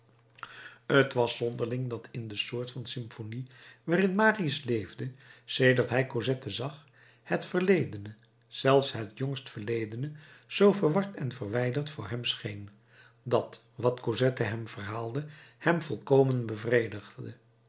t was zonderling dat in de soort van symphonie waarin marius leefde sedert hij cosette zag het verledene zelfs het jongst verledene zoo verward en verwijderd voor hem scheen dat wat cosette hem verhaalde hem volkomen